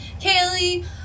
Kaylee